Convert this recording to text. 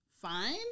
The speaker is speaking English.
fine